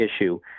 issue